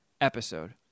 episode